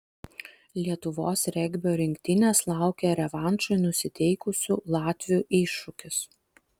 lietuvos regbio rinktinės laukia revanšui nusiteikusių latvių iššūkis